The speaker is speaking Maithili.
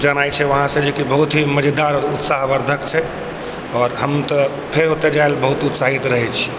जेनाइ छै वहाँसँ जे कि बहुत ही मजेदार उत्साहवर्द्धक छै हम तऽ फेर ओतय जाइ लए बहुत उत्साहित रहै छी